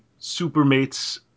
Supermates